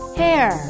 hair